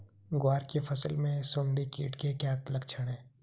ग्वार की फसल में सुंडी कीट के क्या लक्षण है?